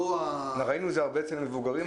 ראינו את זה אצל מבוגרים,